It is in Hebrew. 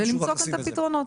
ולמצוא כאן את הפתרונות.